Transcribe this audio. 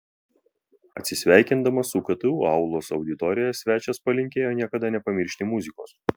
atsisveikindamas su ktu aulos auditorija svečias palinkėjo niekada nepamiršti muzikos